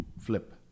flip